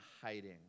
hiding